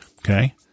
Okay